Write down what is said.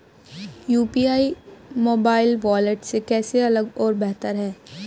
UPI mobile wallet से कैसे अलग और बेहतर है?